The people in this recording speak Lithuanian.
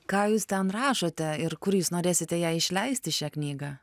ką jūs ten rašote ir kur jūs norėsite ją išleisti šią knygą